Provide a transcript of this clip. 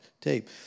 tape